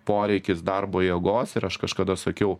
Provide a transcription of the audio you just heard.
poreikis darbo jėgos ir aš kažkada sakiau